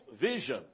vision